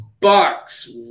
Bucks